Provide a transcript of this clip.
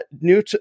new